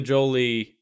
Jolie